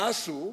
מה עשו?